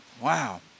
wow